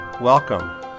Welcome